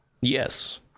Yes